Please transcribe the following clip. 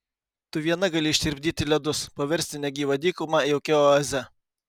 tu viena gali ištirpdyti ledus paversti negyvą dykumą jaukia oaze